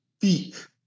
feet